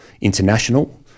international